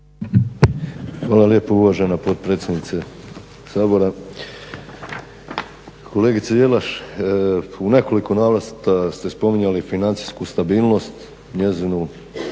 Hvala lijepo uvažena potpredsjednice Sabora. Kolegice Jelaš u nekoliko navrata ste spominjali financijsku stabilnost, njezinu